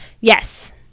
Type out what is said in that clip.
Yes